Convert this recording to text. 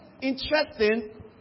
interesting